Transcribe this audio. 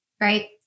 right